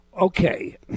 Okay